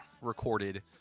recorded